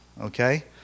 Okay